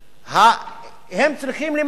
הם צריכים לממן 50%,